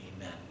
Amen